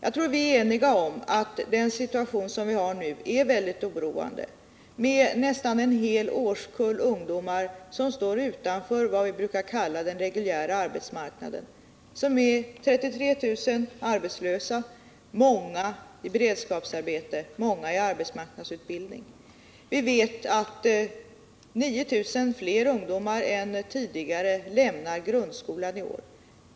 Vi är nog eniga om att den situation som vi har nu är väldigt oroande, med nästan en hel årskull ungdomar utanför vad vi brukar kalla den reguljära arbetsmarknaden: 33 000 arbetslösa, många i beredskapsarbete, många i arbetsmarknadsutbildning. Vi vet att 9 000 fler ungdomar än tidigare lämnar grundskolan i år.